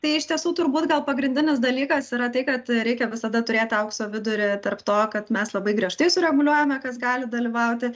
tai iš tiesų turbūt gal pagrindinis dalykas yra tai kad reikia visada turėti aukso vidurį tarp to kad mes labai griežtai sureguliuojame kas gali dalyvauti